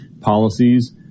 policies